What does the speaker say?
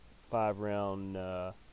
five-round